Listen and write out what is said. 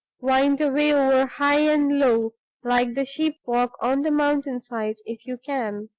wind away over high and low like the sheep-walk on the mountain side, if you can!